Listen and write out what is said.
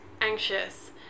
anxious